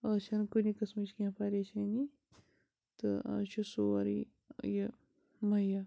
آز چھَنہٕ کُنہِ قٕسمٕچۍ کیٚنٛہہ پریشٲنی تہٕ آز چھُ سورٕے ٲں یہِ مہیا